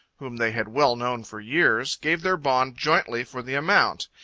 whom they had well known for years, gave their bond jointly for the amount,